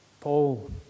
Paul